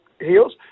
heels